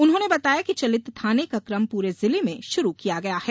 उन्होंने बताया कि चलित थाने का कम पुरे जिले में शुरू किया गया है